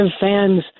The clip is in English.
fans